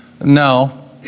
No